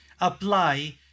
apply